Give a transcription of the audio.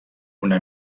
una